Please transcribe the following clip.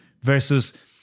versus